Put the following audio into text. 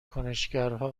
کنشگرها